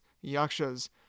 yakshas